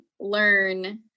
learn